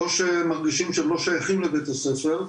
או שהם מרגישים שהם לא שייכים לבית הספר.